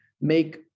make